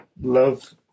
love